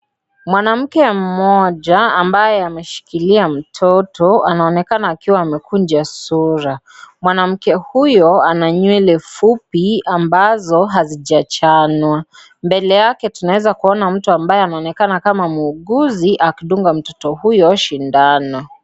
Mwanamke mmoja ambaye anamshikilia mtoto anaonekana akiwa amekunja sura, mwanamke huyo ana nywele fupi ambazo hazichachanwa mbele yake tunaweza kuona mtu ambaye ameonekana kama muuguzi akidunga mtoto huyo sindano.